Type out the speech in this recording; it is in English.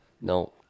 No